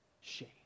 shame